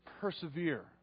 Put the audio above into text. persevere